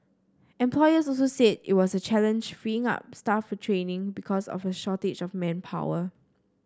employers also said it was a challenge freeing up staff for training because of a shortage of manpower